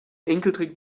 enkeltrick